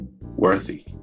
worthy